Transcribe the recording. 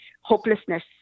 hopelessness